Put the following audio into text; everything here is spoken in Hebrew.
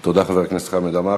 תודה, חבר הכנסת חמד עמאר.